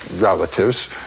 relatives